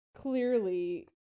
clearly